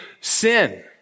sin